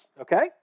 okay